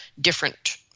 different